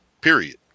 period